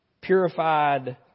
purified